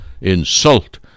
insult